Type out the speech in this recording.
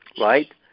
right